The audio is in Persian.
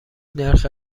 نرخ